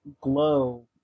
glow